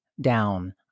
down